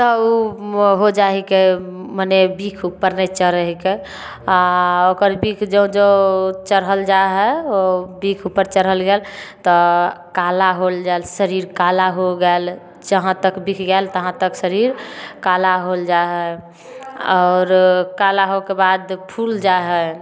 तब ओ हो जाइ हीकै मने बिष ऊपर नहि चढ़ै हीकै आ ओकर बिष जँ जँ चढ़ल जाइ है ओ बिष ऊपर चढ़ल गेल तऽ काला होल जाल शरीर काला हो गैल जहाँ तक बिष गेल तहाँ तक शरीर काला होल जाइ है आओर काला होइके बाद फूल जाइ है